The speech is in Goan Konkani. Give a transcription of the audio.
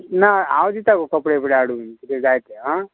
ना हांव दितां गो कपडे बिपडें हाडून कितें जाय तें आं